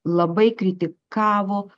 labai kritikavo